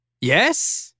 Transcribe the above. Yes